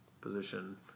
position